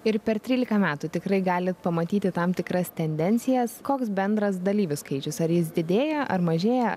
ir per trylika metų tikrai galit pamatyti tam tikras tendencijas koks bendras dalyvių skaičius ar jis didėja ar mažėja